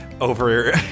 over